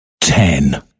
ten